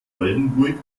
oldenburg